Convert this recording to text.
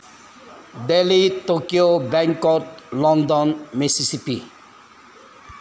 daily Tokyo Bangkok London Mississippi